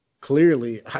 clearly